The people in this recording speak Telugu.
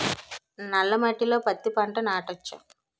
నల్ల మట్టిలో పత్తి పంట నాటచ్చా?